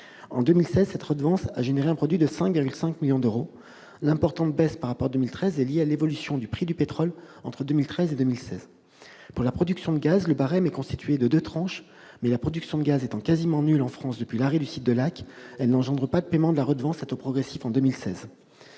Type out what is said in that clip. de cette redevance s'est élevé à 5,5 millions d'euros. L'importante baisse enregistrée par rapport à 2013 est liée à l'évolution du prix du pétrole entre 2013 et 2016. Pour la production de gaz, le barème est constitué de deux tranches. Toutefois, la production de gaz étant quasiment nulle en France depuis l'arrêt du site de Lacq, elle n'a pas entraîné de paiement de la redevance à taux progressif en 2016.